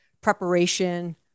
preparation